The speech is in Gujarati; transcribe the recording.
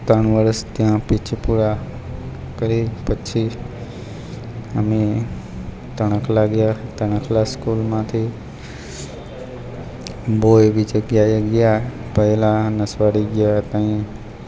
ત્રણ વર્ષ ત્યાં પિચ્છીપુરા કરી પછી અમે તણખલા ગયા તણખલા સ્કૂલમાંથી બહુ એવી જગ્યાએ ગયા પહેલાં નસવાડી ગયા ત્યાં